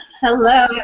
Hello